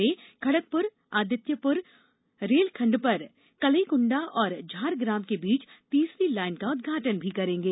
वे खड़ंगपुर आदित्यतपुर रेलखंड पर कलईकुंडा और झारग्राम के बीच तीसरी लाइन का उद्घाटन भी करेंगे